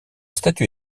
statue